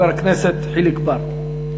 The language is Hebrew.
חבר הכנסת חיליק בר.